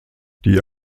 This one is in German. die